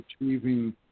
achieving